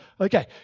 Okay